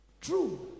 True